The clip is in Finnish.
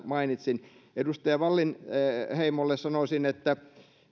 mainitsin edustaja wallinheimolle sanoisin että